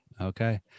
Okay